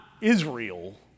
Israel